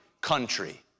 country